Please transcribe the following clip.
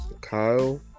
Kyle